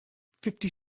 fifty